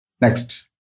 Next